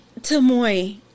Tamoy